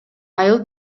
айыл